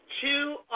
two